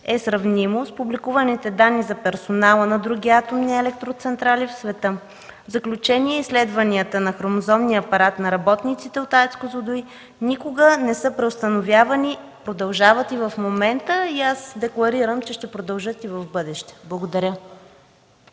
са сравними с публикуваните данни за персонала от други атомни електроцентрали в света. В заключение, изследванията на хромозомния апарат на работниците от АЕЦ „Козлодуй” никога не са преустановявани, продължават и в момента. Декларирам, че ще продължат и в бъдеще. Благодаря.